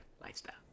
lifestyle